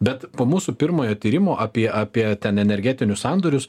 bet po mūsų pirmojo tyrimo apie apie ten energetinius sandorius